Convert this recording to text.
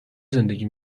زندگی